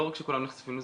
לא רק שכולם נחשפים לזה,